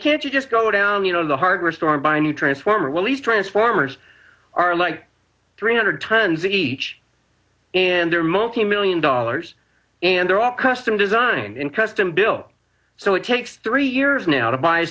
can't you just go down you know the hardware store and buy a new transformer willy's transformers are like three hundred tons each and they're multimillion dollars and they're all custom designed in custom built so it takes three years now to buy a